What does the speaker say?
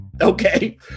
Okay